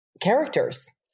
characters